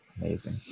amazing